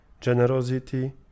generosity